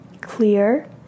clear